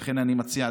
לכן אני מציע,